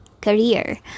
career